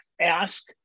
ask